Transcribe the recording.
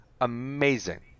amazing